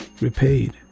repaid